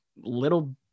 little